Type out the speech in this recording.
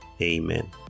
Amen